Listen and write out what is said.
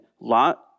Lot